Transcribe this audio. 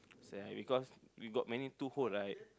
sad because we got many two hole right